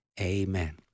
Amen